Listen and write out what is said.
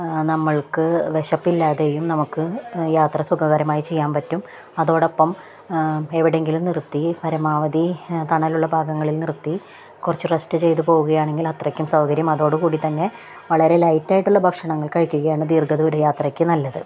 നമ്മൾക്കു വിശപ്പില്ലാതെയും നമുക്കു യാത്ര സുഖകരമായി ചെയ്യാൻ പറ്റും അതോടൊപ്പം എവിടെയെങ്കിലും നിർത്തി പരമാവധി തണലുള്ള ഭാഗങ്ങളിൽ നിർത്തി കുറച്ച് റെസ്റ്റ് ചെയ്തുപോവുകയാണെങ്കിൽ അത്രയ്ക്കും സൗകര്യം അതോടുകൂടി തന്നെ വളരെ ലൈറ്റായിട്ടുള്ള ഭക്ഷണങ്ങൾ കഴിക്കുകയാണു ദീർഘ ദൂര യാത്രയ്ക്കു നല്ലത്